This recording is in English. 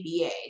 ABA